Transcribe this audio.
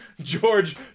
george